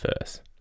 first